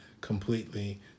completely